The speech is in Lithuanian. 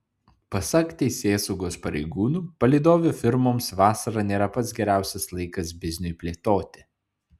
pasak teisėsaugos pareigūnų palydovių firmoms vasara nėra pats geriausias laikas bizniui plėtoti